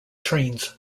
trains